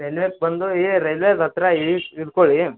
ರೈಲ್ವೆಗೆ ಬಂದು ಈ ರೈಲ್ವೆಗೆ ಹತ್ತಿರ ಈ ಇಟ್ಕೊಳ್ಳೀ